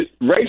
race